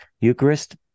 Eucharist